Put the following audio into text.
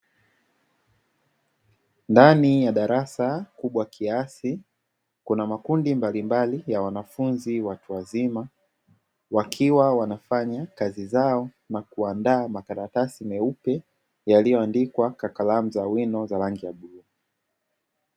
Ndani ya darasa kubwa kiasi kuna makundi mbalimbali ya watu wazima, wakiwa wanafanya kazi zao na kuandaa makaratasi meupe yaliyoandikwa kwa kalamu za wino za rangi ya bluu.